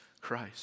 Christ